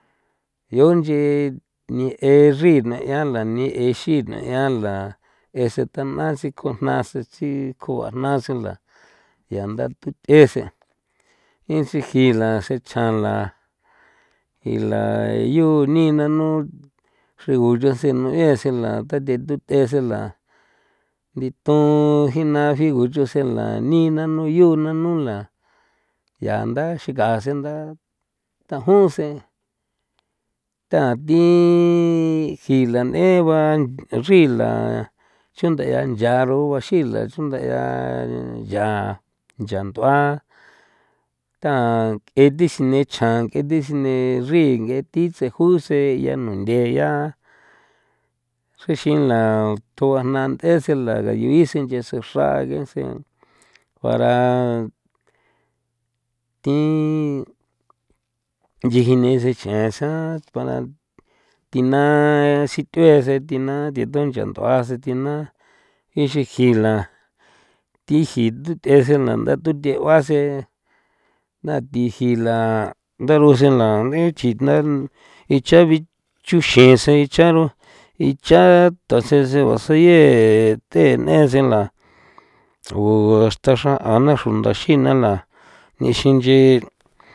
Yo nche ni exri neꞌia la ni'e xi neꞌia la ese tana sikon jna sen sikon a jna sen la ya ndatu th'ese intsiji la sen chjan la i la yu ni nanu xrigo chu sen meꞌe sen la thi tate tuth'ese la ndithun ji na jigu chu sen la ni nanu yu nanu la ya ndaxiga sen nda tajon sen tathi ji la n'en ba taxri la chunda 'ia ncharo xi la chundaꞌia ya ncha nd'ua tang'e thi sine chjan ng'e thi sine nchri ng'e thi tseju sen ya nunthe ya xexin la ndꞌua na nd'esen la gayu isen nche sen xra gesen para thi nchijini sen cha san para thina sith'ue sen thina thethu cha nd'ua sen thi naa sen ixin ji la thi ji tuth'esen na nda tuthe 'uasen thi jila ndaruse la itna icha bichuxin sen icha ron icha tase sen juasaye te n'en sen la u asta xra aꞌan na xro ndaxina la nixin nchi.